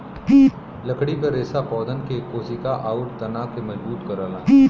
लकड़ी क रेसा पौधन के कोसिका आउर तना के मजबूत करला